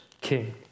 king